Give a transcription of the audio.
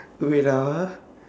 wait ah